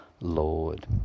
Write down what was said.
Lord